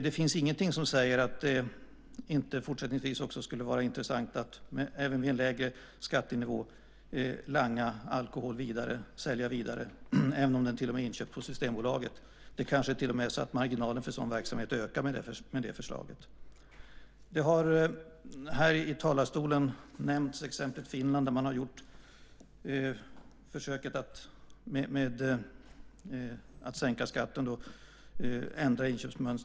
Det finns ingenting som säger att det inte fortsättningsvis skulle vara intressant att även vid en lägre skattenivå sälja alkohol vidare, till och med om den är inköpt på Systembolaget. Det kanske till och med är så att marginalen för sådan verksamhet ökar med det förslaget. Exemplet Finland har nämnts i talarstolen. Där har man gjort försöket att ändra inköpsmönstret genom att sänka skatten.